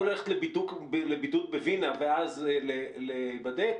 או ללכת לבידוד בווינה ואז להיבדק.